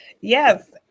Yes